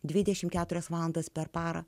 dvidešim keturias valandas per parą